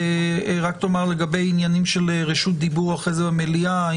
רק תאמר לגבי עניינים של רשות דיבור אחרי זה במליאה.